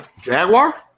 Jaguar